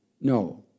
No